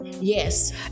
yes